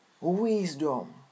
Wisdom